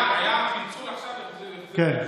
היה פיצול, עכשיו החזירו את זה, כן.